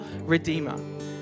Redeemer